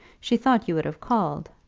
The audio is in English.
she thought you would have called.